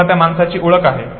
तुम्हांला त्या माणसाची ओळख आहे